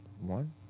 One